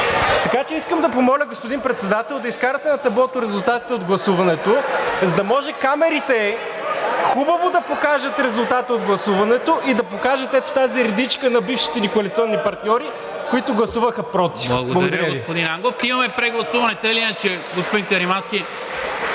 Така че искам да помоля, господин Председател, да изкарате на таблото резултатите от гласуването, за да може камерите хубаво да покажат резултата от гласуването и да покажат ето тази редичка на бившите ни коалиционни партньори, които гласуваха против. Благодаря Ви. ПРЕДСЕДАТЕЛ НИКОЛА МИНЧЕВ: Благодаря Ви, господин Ангов.